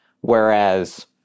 whereas